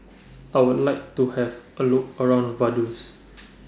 I Would like to Have A Look around Vaduz